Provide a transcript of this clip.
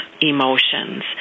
emotions